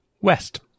West